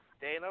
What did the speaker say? Dana